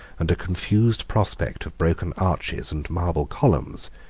and a confused prospect of broken arches and marble columns,